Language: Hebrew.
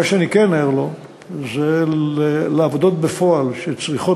מה שאני כן ער לו זה לעבודות בפועל שצריכות